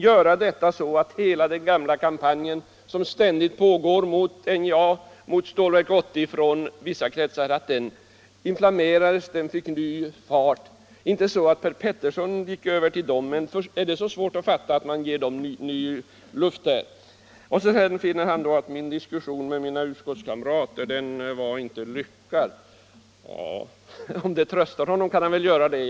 Den medförde dock att hela den gamla kampanjen från vissa kretsar mot Stålverk 80 tog ny fart och att debatten inflammerades — därmed inte sagt att Per Petersson gick över till dem. Är det så svårt att fatta att man genom återremissen satte ny fart på den? Per Petersson fann också att min diskussion med mina utskottskamrater inte var lyckad. Om det tröstar honom får han gärna påstå det.